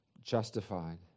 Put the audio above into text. justified